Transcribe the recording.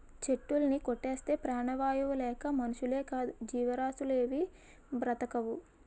చెట్టులుని కొట్టేస్తే ప్రాణవాయువు లేక మనుషులేకాదు జీవరాసులేవీ బ్రతకవు